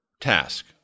task